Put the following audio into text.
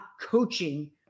coaching